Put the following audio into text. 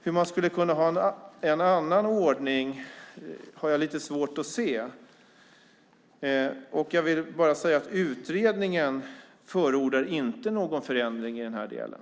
Hur man skulle kunna ha en annan ordning har jag lite svårt att se. Utredningen förordar inte någon förändring i den här delen.